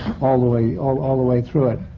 all the way. all all the way through it.